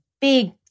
big